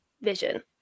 vision